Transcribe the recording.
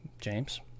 James